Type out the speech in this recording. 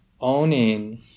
owning